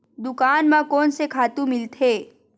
दुकान म कोन से खातु मिलथे?